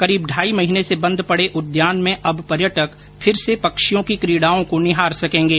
करीब ढाई महीने से बंद पडे उद्यान में अब पर्यटक फिर से पक्षियों की कीडाओं को निहार सकेंगे